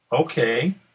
Okay